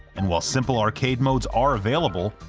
and while simple arcade modes are available,